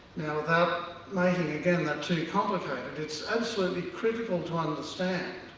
now without making again that too complicated it's absolutely critical to understand,